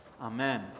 Amen